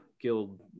guild